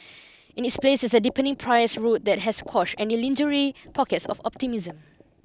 in its place is a deepening price rout that has quashed any lingering pockets of optimism